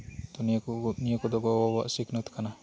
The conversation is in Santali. ᱛᱚ ᱱᱚᱶᱟ ᱠᱚᱫᱚ ᱜᱚᱼᱵᱟᱵᱟᱣᱟᱜ ᱥᱤᱠᱷᱱᱟᱹᱛ ᱠᱟᱱᱟ